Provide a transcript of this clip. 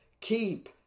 keep